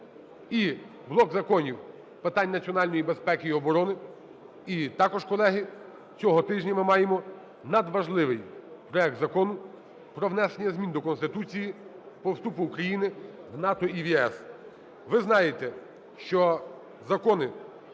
і блок законів питань національної безпеки і оборони, і також, колеги, цього тижня ми маємо надважливий проект Закону про внесення змін до Конституції по вступу України в НАТО і в ЄС. Ви знаєте, що закони